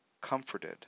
comforted